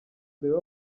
urebe